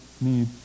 need